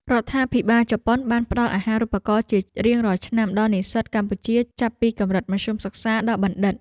រដ្ឋាភិបាលជប៉ុនបានផ្តល់អាហារូបករណ៍ជារៀងរាល់ឆ្នាំដល់និស្សិតកម្ពុជាចាប់ពីកម្រិតមធ្យមសិក្សាដល់បណ្ឌិត។